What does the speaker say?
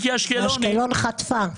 אשקלון חטפה.